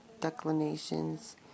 declinations